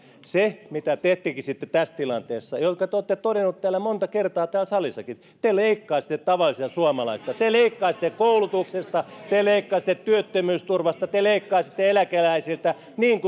se mitä te tekisitte tässä tilanteessa minkä te olette todennut monta kertaa täällä salissakin te leikkaisitte tavallisilta suomalaisilta te leikkaisitte koulutuksesta te leikkaisitte työttömyysturvasta te leikkaisitte eläkeläisiltä niin kuin